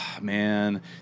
man